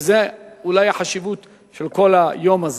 וזו אולי החשיבות של כל היום הזה,